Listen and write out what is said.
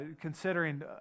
considering